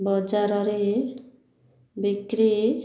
ବଜାରରେ ବିକ୍ରି